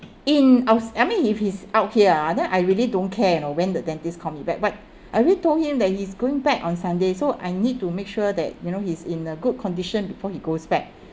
in out~ I mean if he's out here ah then I really don't care you know when the dentist call me back but I already told him that he's going back on sunday so I need to make sure that you know he's in a good condition before he goes back